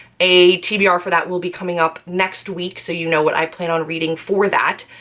a tbr for that will be coming up next week, so you know what i plan on reading for that.